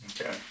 Okay